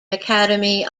academy